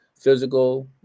physical